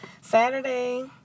Saturday